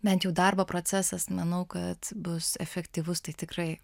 bent jau darbo procesas manau kad bus efektyvus tai tikrai